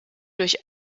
durch